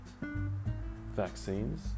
Vaccines